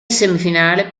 semifinale